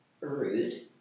rude